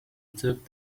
took